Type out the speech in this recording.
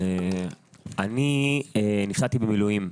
אני נפצעתי במילואים.